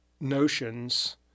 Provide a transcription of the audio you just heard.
notions